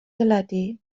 deledu